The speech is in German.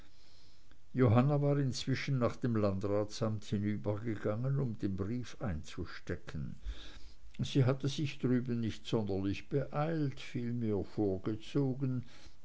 johanna war inzwischen nach dem landratsamt hinübergegangen um da den brief einzustecken sie hatte sich drüben nicht sonderlich beeilt vielmehr vorgezogen